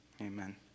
amen